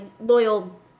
loyal